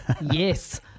Yes